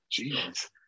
jeez